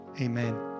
amen